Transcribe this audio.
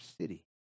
city